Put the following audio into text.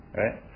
right